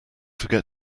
forget